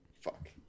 Fuck